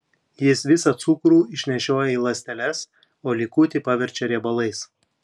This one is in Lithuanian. jis visą cukrų išnešioja į ląsteles o likutį paverčia riebalais